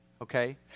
Okay